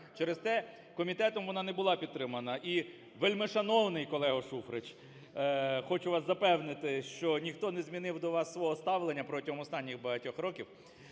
Через те комітетом вона не була підтримана. І вельмишановний колего Шуфрич, хочу вас запевнити, що ніхто не змінив до вас свого ставлення протягом останніх багатьох років,